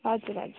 हजुर हजुर